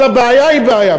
אבל הבעיה היא בעיה,